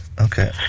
Okay